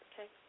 Okay